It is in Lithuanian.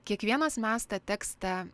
kiekvienas mes tą tekstą